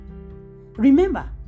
Remember